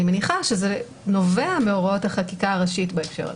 אני מניחה שזה נובע מהוראות החקיקה הראשית בהקשר הזה.